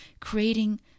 creating